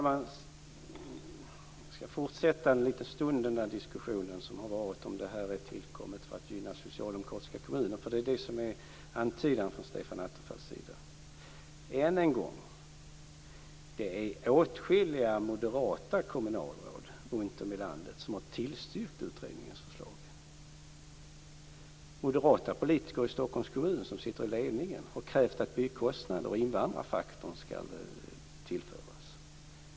Herr talman! Jag skall en liten stund fortsätta den diskussion som har förts om att det här förslaget är tillkommet för att gynna socialdemokratiska kommuner. Det var det som Stefan Attefall antydde. Än en gång, det är åtskilliga moderata kommunalråd runt om i landet som har tillstyrkt utredningens förslag. Moderata politiker i ledningen för Stockholms kommun har krävt att byggkostnads och invandrarfaktorn skall tillföras.